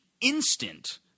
instant